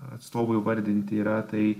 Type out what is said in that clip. atstovų įvardinti yra tai